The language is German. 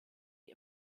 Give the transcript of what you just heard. die